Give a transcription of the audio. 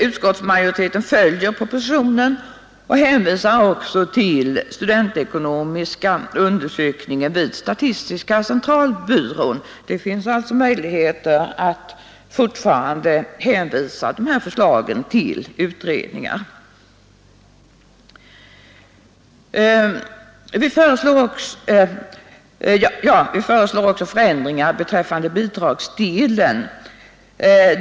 Utskottsmajoriteten följer propositionen och hänvisar även till studentekonomiska undersökningen vid statistiska centralbyrån. Man utnyttjar alltså möjligheten att hänvisa detta förslag till utredning. Vi föreslår också förändringar beträffande bidragsdelen.